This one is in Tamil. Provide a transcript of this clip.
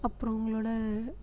அப்றம் உங்களோடய